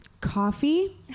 Coffee